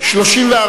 בממשלה לא נתקבלה.